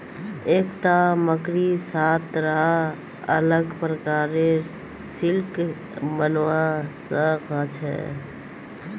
एकता मकड़ी सात रा अलग प्रकारेर सिल्क बनव्वा स ख छ